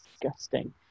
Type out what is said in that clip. disgusting